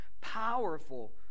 powerful